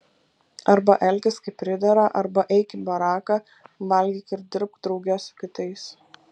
arba elkis kaip pridera arba eik į baraką valgyk ir dirbk drauge su kitais